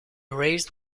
raised